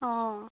অঁ